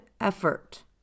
effort